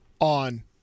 on